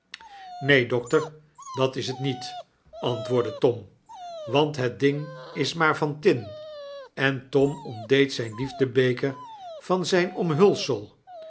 neen dokter dat is het niet antwoordde tom want het ding is maar van tin en tom ontdeed zyn liefde-beker van zijn omhulsel